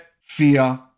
fear